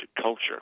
culture